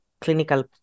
Clinical